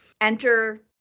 Enter